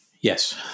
Yes